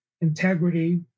integrity